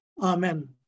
Amen